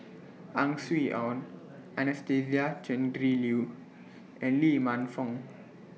Ang Swee Aun Anastasia Tjendri Liew and Lee Man Fong